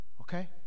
okay